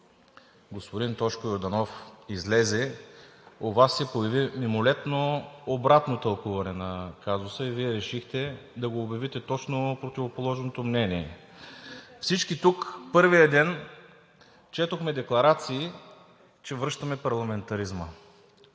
господин Тошко Йорданов излезе, у Вас се появи мимолетно обратно тълкуване на казуса и Вие решихте да го обявите точно на противоположното мнение. Всички тук първия ден четохме декларации, че връщаме парламентаризма.